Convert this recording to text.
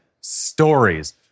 stories